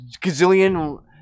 gazillion